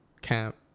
camp